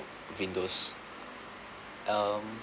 windows um